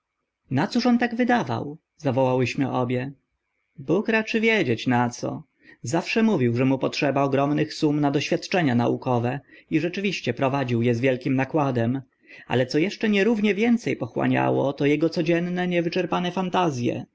na cóż on tak wydawał zawołałyśmy obie narkotyki pieniądz bóg raczy wiedzieć na co zawsze mówił że mu potrzeba ogromnych sum na doświadczenia naukowe i rzeczywiście prowadził e z wielkim nakładem ale co eszcze nierównie więce pochłaniało to ego codzienne niewyczerpane fantaz